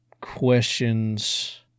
questions